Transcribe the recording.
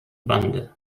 bande